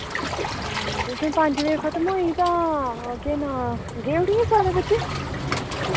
tuition पंज बजे खतम होई तां केह् नांऽ गे उठी हे सारे बच्चे